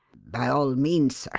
by all means, sir,